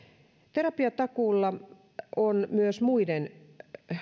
terapiatakuulla on myös muiden